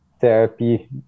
therapy